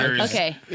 okay